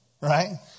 right